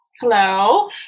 Hello